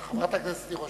חברת הכנסת תירוש,